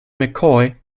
mccoy